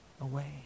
away